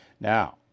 Now